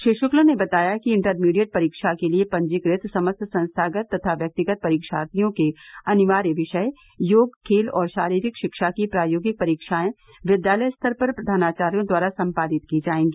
श्री श्क्ल ने बताया कि इण्टरमीडिएट परीक्षा के लिये पंजीकृत समस्त संस्थागत तथा व्यक्तिगत परीक्षार्थियों के अनिवार्य विषय योग खेल और शारीरिक शिक्षा की प्रायोगिक परीक्षायें विद्यालय स्तर पर प्रधानाचार्यो द्वारा सम्पादित की जायेंगी